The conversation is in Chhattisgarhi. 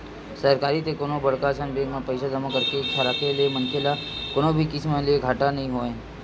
सरकारी ते कोनो बड़का असन बेंक म पइसा जमा करके राखे ले मनखे ल कोनो भी किसम ले घाटा नइ होवय